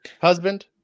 husband